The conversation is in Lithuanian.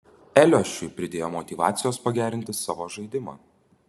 eliošiui pridėjo motyvacijos pagerinti savo žaidimą